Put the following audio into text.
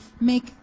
make